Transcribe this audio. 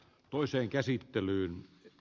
toiseen käsittelyyn